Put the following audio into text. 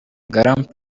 grand